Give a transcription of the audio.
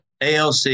ALC